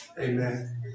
Amen